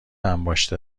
انباشته